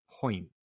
point